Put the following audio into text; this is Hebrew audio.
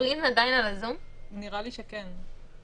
שבינתיים קיבלנו מסמך מצמ"ת שמאשר את הציוד של החברה הרלוונטית כרגע.